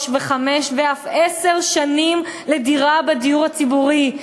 וחמש ואף עשר שנים לדירה בדיור הציבורי,